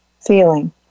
feeling